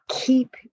keep